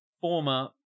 former